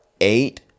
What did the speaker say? eight